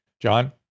John